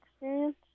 experience